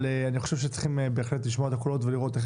אבל אני בהחלט חושב שצריכים לשמוע את הקולות ולראות איך כן